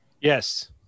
Yes